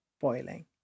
boiling